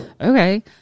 okay